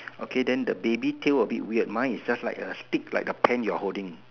okay then the baby tail a bit weird mine is just like a stick like a pen you are holding